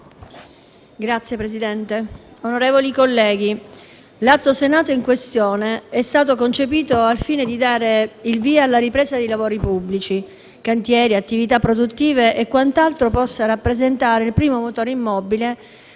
Signor Presidente, onorevoli colleghi, l'Atto Senato in questione è stato concepito al fine di dare il via alla ripresa dei lavori pubblici: cantieri, attività produttive e quant'altro possa rappresentare il «primo motore immobile»